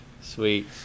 Sweet